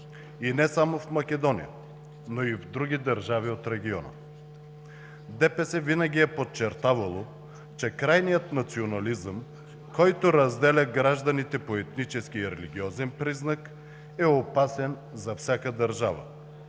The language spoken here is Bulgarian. и не само в Македония, но и в други държави от региона. ДПС винаги е подчертавало, че крайният национализъм, който разделя гражданите по етнически и религиозен признак, е опасен за всяка държава,